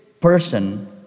person